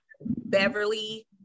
Beverly